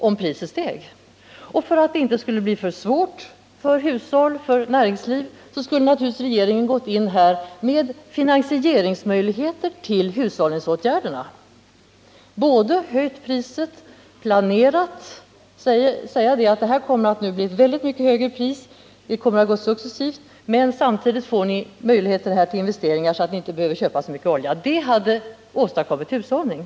Regeringen borde alltså ha följt världsmarknadspriserna, och för att de höjda priserna inte skulle drabba hushållen och näringslivet för hårt, borde naturligtvis regeringen ha gjort insatser för att möjliggöra hushållningsåtgärderna. Regeringen borde ha sagt till konsumenterna: Oljan kommer att betinga ett väldigt mycket högre pris. Höjningen kommer att införas successivt, men samtidigt får ni möjligheter till investeringar för besparingsåtgärder så att ni inte behöver köpa så mycket olja. En sådan politik hade åstadkommit hushållning.